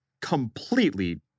completely